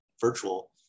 virtual